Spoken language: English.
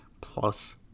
plus